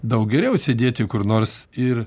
daug geriau sėdėti kur nors ir